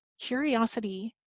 curiosity